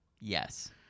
Yes